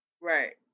Right